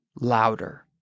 louder